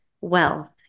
wealth